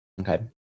Okay